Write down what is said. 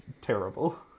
terrible